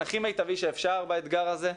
הכי מיטבי שאפשר באתגר הזה והלחצים,